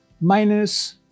minus